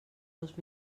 dos